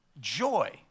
joy